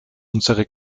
unsere